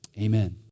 Amen